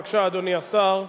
בבקשה, אדוני השר,